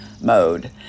mode